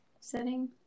setting